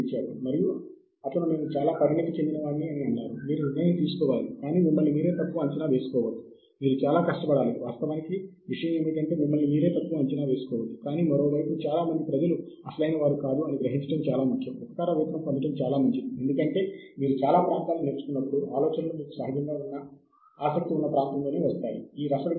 Springer link అనేది Springer ప్రచురణ సమూహం నడుపుతున్న పోర్టల్